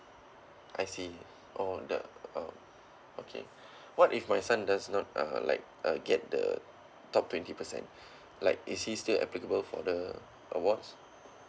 I see oh the uh okay what if my son does not uh like uh get the top twenty percent like is he still applicable for the awards